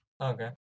Okay